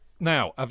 Now